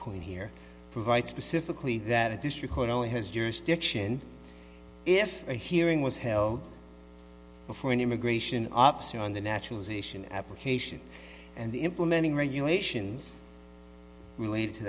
point here provide specifically that at this record only has jurisdiction if a hearing was held before an immigration officer on the naturalization application and the implementing regulations related to